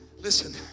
listen